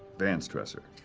vance tressor.